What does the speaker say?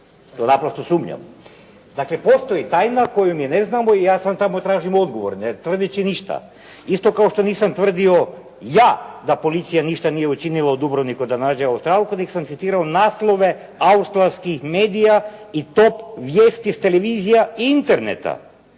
To naprosto sumnjam. Dakle, postoji tajna koju mi ne znamo i ja samo tražim odgovor ne tvrdeći ništa. Isto kao što nisam tvrdio ja da policija ništa nije učinila u Dubrovniku da nađe Australku, nego sam citirao naslove australskih medija i top vijesti s televizija interneta.